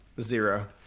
Zero